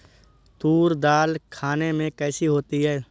तूर दाल खाने में कैसी होती है?